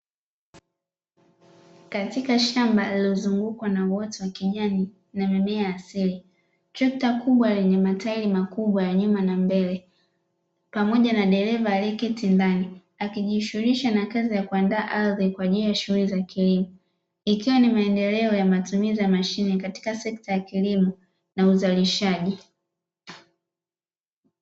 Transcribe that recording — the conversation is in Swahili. Katika shamba lililozungukwa na uoto wa kijani na mimea asili, trekta kubwa lenye matairi makubwa ya nyuma na mbele pamoja na dereva aliyeketi ndani akijishughulisha na kazi ya kuandaa ardhi kwa ajili ya shughuli za kilimo, ikiwa ni maendeleo ya matumizi ya mashine katika sekta ya kilimo na uzalishaji.